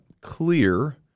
clear